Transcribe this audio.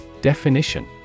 Definition